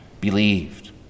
believed